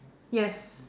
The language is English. yes